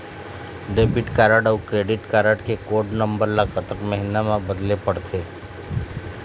Debit card अऊ credit card code कोड नंबर ला कतक महीना मा बदले पड़थे?